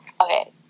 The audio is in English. okay